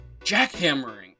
jackhammering